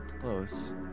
Close